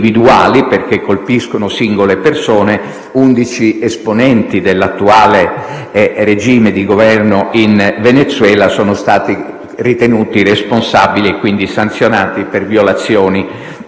perché colpiscono singole persone: 11 esponenti dell'attuale regime di Governo in Venezuela sono stati ritenuti responsabili e, quindi, sanzionati per violazioni che